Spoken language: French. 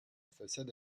façade